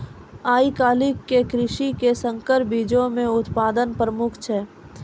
आइ काल्हि के कृषि मे संकर बीजो के उत्पादन प्रमुख छै